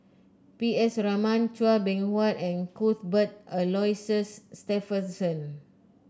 P S Raman Chua Beng Huat and Cuthbert Aloysius Shepherdson